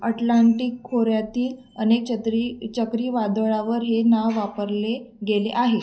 Atlantic खोऱ्यातील अनेक चत्री चक्रीवादळांवर हे नाव वापरले गेले आहे